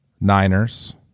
niners